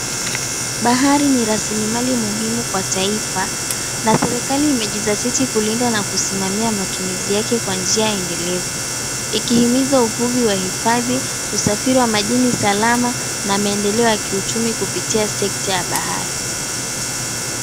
Bahari ni rasilimali muhimu kwa taifa na serikali imejizatiti kulinda na kusimamia matumizi yake kwa njia endelevu. Ikihimiza uvuvi wa hifadhi, usafiri wa majini salama, na maendeleo ya kiuchumi kupitia sekta ya bahari.